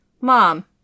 mom